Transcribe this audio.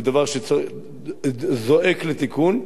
זה דבר שזועק לתיקון.